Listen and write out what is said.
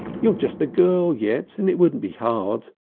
you're just a girl yet, and it wouldn't be hard.